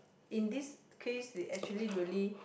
in this case it actually really